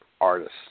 artists